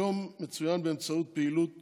היום מצוין באמצעות פעולות